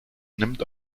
nimmt